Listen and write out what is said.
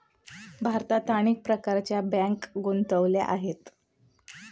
भारतात अनेक प्रकारच्या बँका गुंतलेल्या आहेत